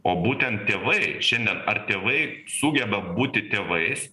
o būtent tėvai šiandien ar tėvai sugeba būti tėvais